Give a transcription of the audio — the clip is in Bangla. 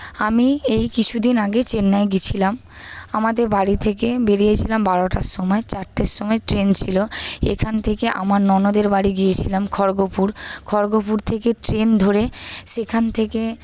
আমি এই কিছুদিন আগে চেন্নাই গেছিলাম আমাদের বাড়ি থেকে বেরিয়ে ছিলাম বারোটার সময় চারটের সময় ট্রেন ছিল এখান থেকে আমার ননদের বাড়ি গিয়েছিলাম খড়্গপুর খড়্গপুর থেকে ট্রেন ধরে সেখান থেকে